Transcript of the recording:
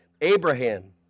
Abraham